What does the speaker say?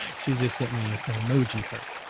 she just sent me an emoji heart.